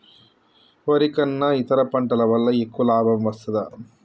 వరి కన్నా ఇతర పంటల వల్ల ఎక్కువ లాభం వస్తదా?